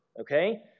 Okay